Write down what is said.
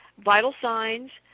vital signs,